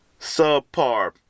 subpar